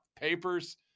papers